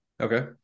Okay